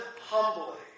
humbly